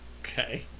Okay